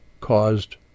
caused